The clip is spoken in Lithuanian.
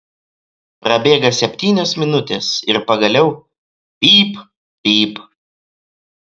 prabėga septynios minutės ir pagaliau pyp pyp